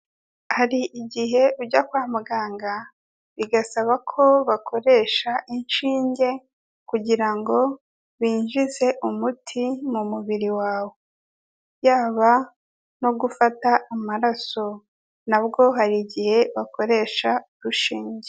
Hari igihe ujya kwa muganga bigasaba ko bakoresha inshinge kugira ngo binjize umuti mu mubiri wawe, yaba no gufata amaraso nabwo hari igihe bakoresha urushinge.